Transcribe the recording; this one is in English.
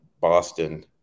Boston